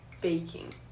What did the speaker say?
baking